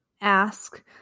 ask